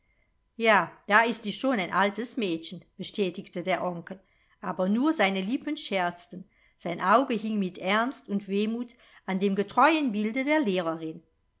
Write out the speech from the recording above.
ja da ist sie schon ein altes mädchen bestätigte der onkel aber nur seine lippen scherzten sein auge hing mit ernst und wehmut an dem getreuen bilde der lehrerin